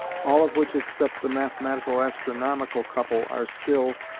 all of which except the mathematico-astronomical couple are still,